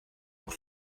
pour